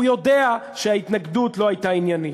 הוא יודע שההתנגדות לא הייתה עניינית,